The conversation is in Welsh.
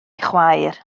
chwaer